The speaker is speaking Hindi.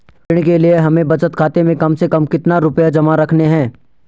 ऋण के लिए हमें बचत खाते में कम से कम कितना रुपये जमा रखने हैं?